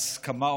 הסכמה,